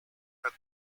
and